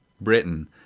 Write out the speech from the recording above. Britain